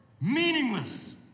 meaningless